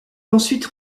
ensuite